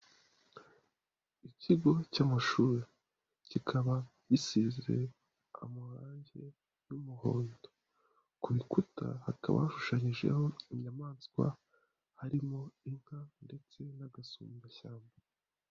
Ikigo cy'amashuri kikaba gisize amarangi y'umuhondo, ku rukuta hakaba hashushanyijeho inyamaswa ,harimo inka ,ndetse n'agasumbashyamba.